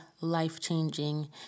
life-changing